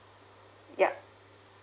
yup